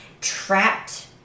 Trapped